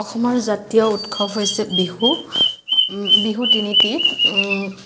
অসমৰ জতীয় উৎসৱ হৈছে বিহু বিহু তিনিটি